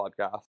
podcast